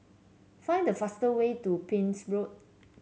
find the fastest way to Pepys Road